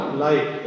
life